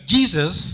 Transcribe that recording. Jesus